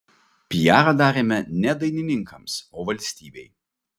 piarą darėme ne dainininkams o valstybei